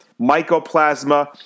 mycoplasma